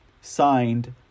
Signed